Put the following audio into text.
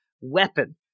weapon